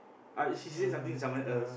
uh she she said something to someone else